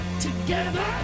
together